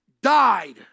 died